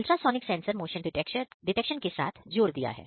ultrasonic sensor motion detection के साथ जोड़ दिया है